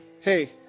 Hey